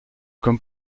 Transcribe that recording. comme